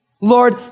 Lord